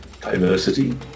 diversity